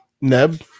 Neb